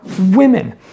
women